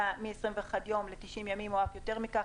מ-21 יום ל-90 ימים או אף יותר מכך,